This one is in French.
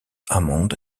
hammond